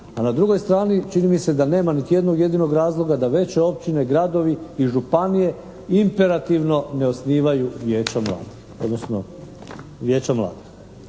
a na drugoj strani čini mi se da nema niti jednog jedinog razloga da veće općine, gradovi i županije imperativno ne osnivaju vijeća mladih